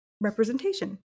representation